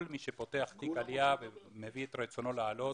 מי שפותח תיק עלייה ומביא את רצונו לעלות